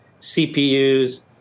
CPUs